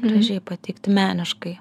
gražiai pateikti meniškai